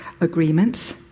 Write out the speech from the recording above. agreements